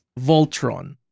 Voltron